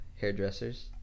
hairdressers